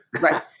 Right